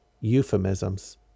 euphemisms